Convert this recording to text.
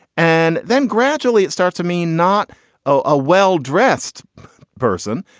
and then gradually it starts to mean not a well dressed person,